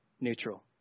neutral